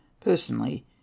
personally